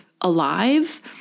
alive